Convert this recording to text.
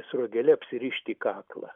sruogele apsirišti kaklą